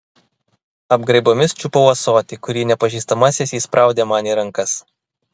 apgraibomis čiupau ąsotį kurį nepažįstamasis įspraudė man į rankas